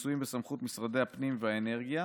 אלה מצויים בסמכות משרדי הפנים והאנרגיה.